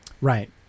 Right